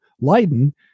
Leiden